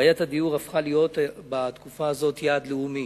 פתרון בעיית הדיור הפך להיות בתקופה הזאת יעד לאומי.